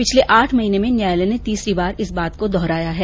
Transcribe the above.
पिछले आठ महीने में न्यायालय ने तीसरी बार इस बात को दोहराया है